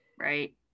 right